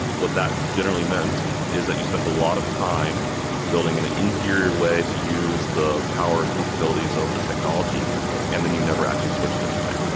what that generally meant is that you spent a lot of time building an inferior way to use the power and capabilities of the technology and then you never actually switched anyway.